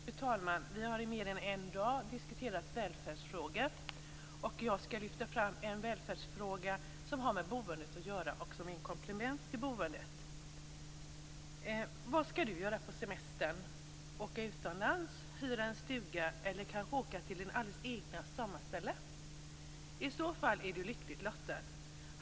Fru talman! Vi har i mer än en dag diskuterat välfärdsfrågor, och jag skall lyfta fram en välfärdsfråga som har med boendet att göra och som handlar om ett komplement till boendet. Vad skall du göra på semestern? Åka utomlands, hyra en stuga eller kanske åka till ditt alldeles egna sommarställe? I så fall är du lyckligt lottad.